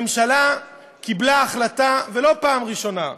הממשלה קיבלה החלטה, ולא בפעם הראשונה,